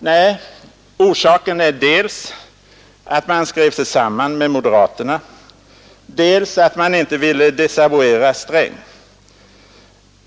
Nej, orsaken är dels att man skrev sig samman med moderaterna, dels att man inte ville desavuera herr Sträng.